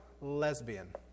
lesbian